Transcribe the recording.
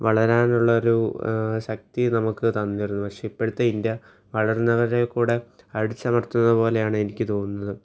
വളരാനുള്ള ഒരു ശക്തി നമുക്ക് തന്നിരുന്നു പക്ഷെ ഇപ്പോഴത്തെ ഇന്ത്യ വളരുന്നവരെ കൂടെ അടിച്ചമർത്തുന്ന പോലെയാണ് എനിക്ക് തോന്നുന്നത്